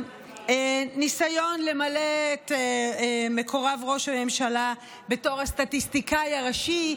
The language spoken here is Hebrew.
הניסיון למנות את מקורב ראש הממשלה בתור הסטטיסטיקאי הראשי.